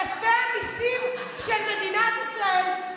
בכספי המיסים של מדינת ישראל,